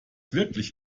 wirklich